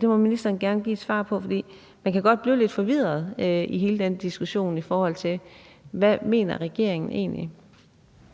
Det må ministeren gerne give et svar på, for man kan godt blive lidt forvirret i hele den diskussion, i forhold til hvad regeringen egentlig